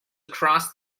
across